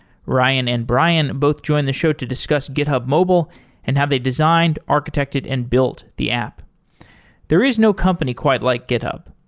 ryan and brian both join the show to discuss github mobile and have they designed, architected and built the app there is no company quite like github.